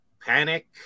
Panic